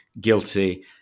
guilty